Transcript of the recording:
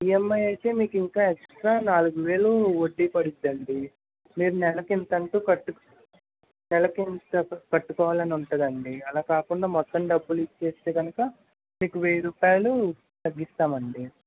EMI అయితే మీకు ఇంకా ఎక్ట్రా నాలుగు వేలు వడ్డీ పడుద్దండి మీరు నెలకు ఇంతంటూ కట్టుకు నెలకు ఇంత కట్టుకోవాలని ఉంతుంది అండి అలా కాకుండా మొత్తం డబ్బులు ఇచ్చేస్తే కనక మీకు వెయ్యి రూపాయలు తగ్గిస్తామండి